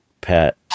pet